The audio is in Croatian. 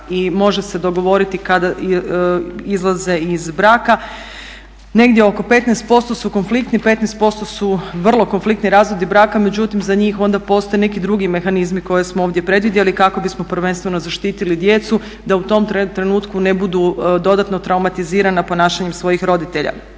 može se dogovoriti kada izlaze iz braka. Negdje oko 15% su konfliktni, 15% su vrlo konfliktni razvodi braka. Međutim, za njih onda postoje neki drugi mehanizmi koje smo ovdje predvidjeli kako bismo prvenstveno zaštitili djecu da u tom trenutku ne budu dodatno traumatizirana ponašanjem svojih roditelja.